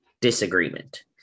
disagreement